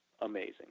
amazing